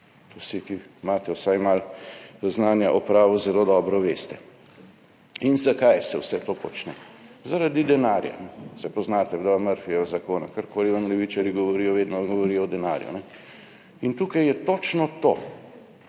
Vsi, ki imate vsaj malo znanja o pravu, zelo dobro veste. In zakaj se vse to počne? Zaradi denarja. Saj poznate dva Murphyjeva zakona – karkoli vam levičarji govorijo, vedno govorijo o denarju. In tukaj je točno to,